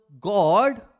God